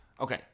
okay